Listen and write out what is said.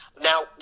Now